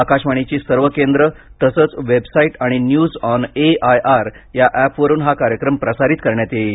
आकाशवाणीची सर्व केंद्र तसंच वेबसाईट आणि न्यूजऑन ए आय आर या ऍपवरुन हा कार्यक्रम प्रसारित करण्यात येईल